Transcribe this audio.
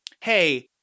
hey